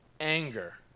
anger